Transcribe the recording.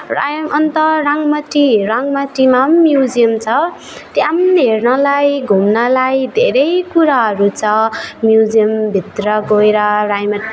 रायोङ अन्त राङ्गामाटी राङ्गामाटीमा पनि म्युजियम छ त्यहाँ हेर्नलाई घुम्नलाई धेरै कुराहरू छ म्युजियम भित्र गएर राइमा